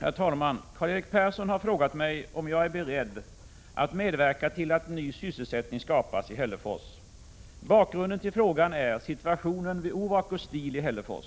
Herr talman! Karl-Erik Persson har frågat mig om jag är beredd att medverka till att ny sysselsättning skapas i Hällefors. Bakgrunden till frågan är situationen vid Ovako Steel i Hällefors.